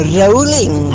rolling